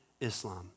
Islam